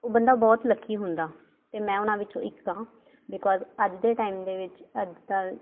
ਉਹ ਬੰਦਾ ਬਹੁਤ ਲੱਕੀ ਹੁੰਦਾ ਅਤੇ ਮੈਂ ਉਹਨਾਂ ਵਿੱਚੋਂ ਇੱਕ ਹਾਂ ਬੀਕੋਜ ਅੱਜ ਦੇ ਟਾਈਮ ਦੇ ਵਿੱਚ ਅੱਜ ਦਾ